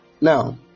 Now